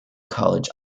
college